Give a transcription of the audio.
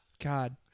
God